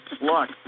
Look